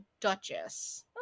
duchess